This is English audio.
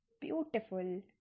beautiful